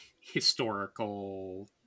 historical